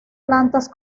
plantas